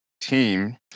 team